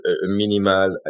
minimal